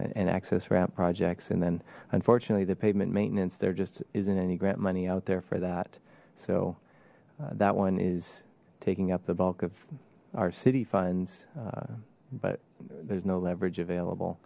access route projects and then unfortunately the pavement maintenance there just isn't any grant money out there for that so that one is taking up the bulk of our city funds but there's no leverage available